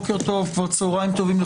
מכובדיי, צוהריים טובים.